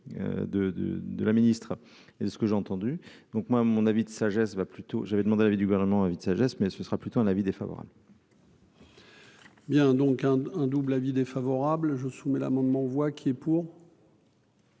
de la ministre et ce que j'ai entendu donc, moi, à mon avis, de sagesse va plutôt, j'avais demandé l'avis du gouvernement, avis de sagesse, mais ce sera plutôt un avis défavorable. Bien, donc un un double avis défavorable je soumets l'amendement voix qui est pour.